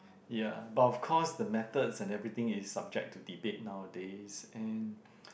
ya but of course the methods and everything is subject to debate nowadays and